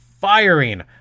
Firing